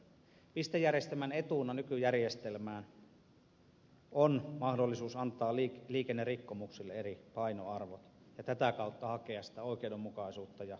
pistejärjestelmän etuna nykyjärjestelmään on mahdollisuus antaa liikennerikkomuksille eri painoarvot ja tätä kautta hakea sitä oikeudenmukaisuutta ja kohtuullisuutta